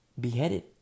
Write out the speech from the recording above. beheaded